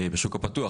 בשוק הפתוח,